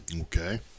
okay